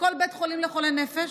בכל בית חולים לחולי נפש,